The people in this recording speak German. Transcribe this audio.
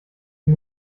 die